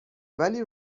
ولی